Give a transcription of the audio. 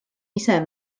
ise